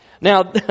Now